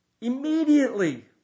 Immediately